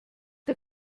der